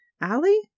Allie